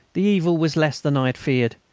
the evil was less than i had feared.